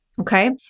okay